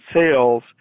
sales